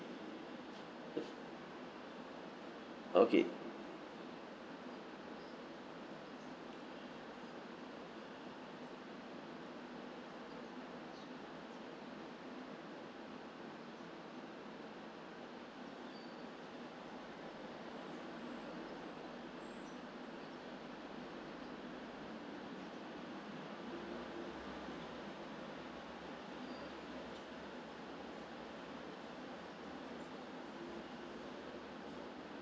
okay